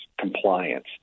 compliance